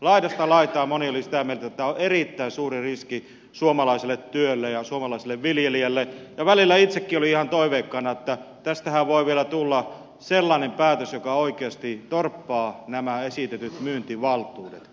laidasta laitaan moni oli sitä mieltä että tämä on erittäin suuri riski suomalaiselle työlle ja suomalaiselle viljelijälle ja välillä itsekin olin ihan toiveikkaana että tästähän voi vielä tulla sellainen päätös joka oikeasti torppaa nämä esitetyt myyntivaltuudet